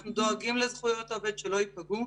אנחנו דואגים לזכויות העובד שלא ייפגעו,